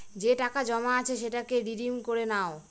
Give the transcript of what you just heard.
যে টাকা জমা আছে সেটাকে রিডিম করে নাও